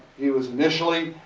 he was initially,